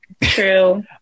True